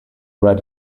red